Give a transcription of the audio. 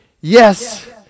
yes